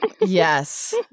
Yes